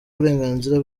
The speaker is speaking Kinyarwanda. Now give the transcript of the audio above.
uburenganzira